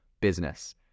business